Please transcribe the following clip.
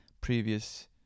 previous